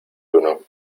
uno